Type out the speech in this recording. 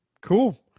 Cool